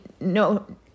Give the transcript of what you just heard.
no